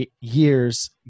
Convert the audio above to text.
years